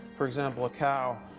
for example, a cow.